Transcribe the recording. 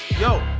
Yo